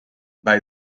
bij